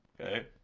okay